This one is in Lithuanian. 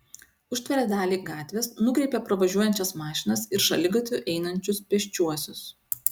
užtveria dalį gatvės nukreipia pravažiuojančias mašinas ir šaligatviu einančius pėsčiuosius